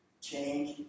Change